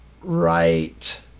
right